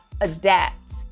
adapt